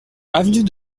avenue